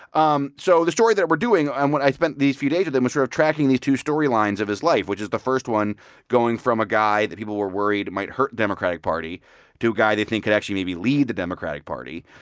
um so the story that we're doing and what i spent these few days with him was sort of tracking these two storylines of his life, which is the first one going from a guy that people were worried might hurt the democratic party to a guy they think could actually maybe lead the democratic party.